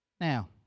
Now